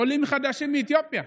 עולים חדשים מאתיופיה.